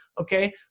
Okay